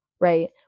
right